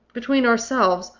between ourselves,